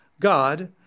God